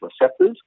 receptors